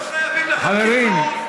לא חייבים לכם כלום.